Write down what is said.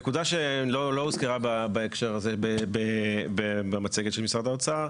נקודה שלא הוזכרה בהקשר הזה במצגת של משרד האוצר,